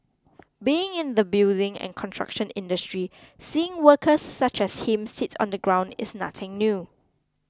being in the building and construction industry seeing workers such as him sit on the ground is nothing new